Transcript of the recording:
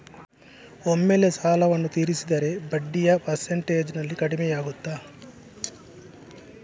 ಒಮ್ಮೆಲೇ ಸಾಲವನ್ನು ತೀರಿಸಿದರೆ ಬಡ್ಡಿಯ ಪರ್ಸೆಂಟೇಜ್ನಲ್ಲಿ ಕಡಿಮೆಯಾಗುತ್ತಾ?